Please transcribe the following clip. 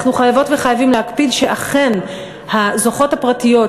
אנחנו חייבות וחייבים להקפיד שאכן הזוכות הפרטיות,